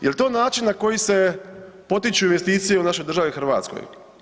Jel to način na koji se potiču investicije u našoj državi Hrvatskoj?